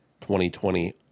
2020